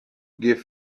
give